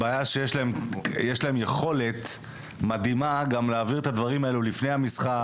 הבעיה היא שיש להם יכולת מדהימה להעביר את הדברים האלו לפני המשחק,